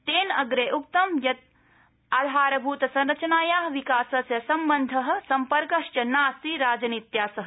तेन अप्रे उक्त यत् आधारभूतसंरचनाया विकासस्य सम्बन्ध सम्पर्कश्च नास्ति राजनीत्या सह